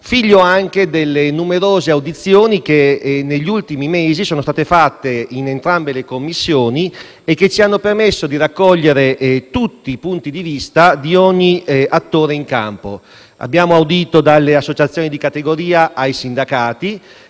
figlio anche delle numerose audizioni che negli ultimi mesi sono state svolte in entrambe le Commissioni e che ci hanno permesso di raccogliere i punti di vista di ogni attore in campo: abbiamo audito dalle associazioni di categoria ai sindacati,